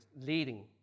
leading